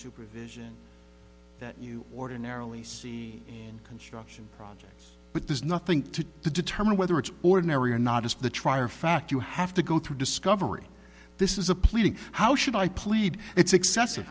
supervision that you ordinarily see construction projects but there's nothing to determine whether it's ordinary or not just the trier of fact you have to go through discovery this is a pleading how should i plead it's excessive